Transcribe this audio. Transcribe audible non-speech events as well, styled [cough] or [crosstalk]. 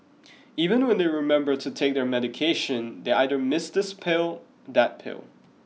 even [unintelligible] when they remember to take their medication they either miss this pill that pill